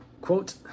Quote